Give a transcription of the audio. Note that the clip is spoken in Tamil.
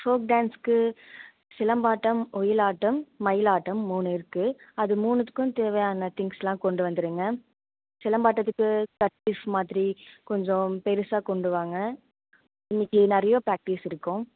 ஃபோக் டான்ஸ்க்கு சிலம்பாட்டம் ஒயிலாட்டம் மயிலாட்டம் மூணு இருக்கு அது மூணுத்துக்கும் தேவையான திங்ஸ் எல்லாம் கொண்டு வந்துருங்க சிலம்பாட்டத்துக்கு மாதிரி கொஞ்சம் பெருசாக கொண்டு வாங்க இன்னக்கு நிறைய ப்ராக்டிஸ் இருக்கும்